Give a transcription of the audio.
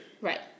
Right